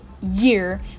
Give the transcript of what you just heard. year